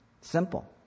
Simple